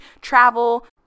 travel